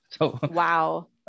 Wow